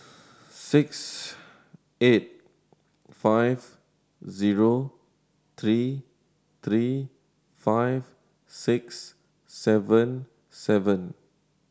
six eight five zero three three five six seven seven